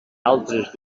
altres